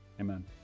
amen